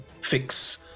fix